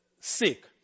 sick